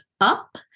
up